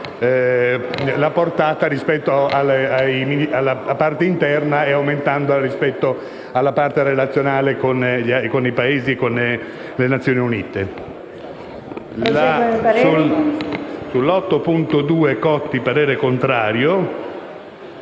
la portata rispetto alla parte interna e aumentandola rispetto alla parte relazionale con i Paesi e con le Nazioni Unite. Sull'emendamento 8.2 il parere è contrario.